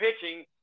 pitching